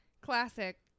Classic